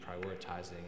prioritizing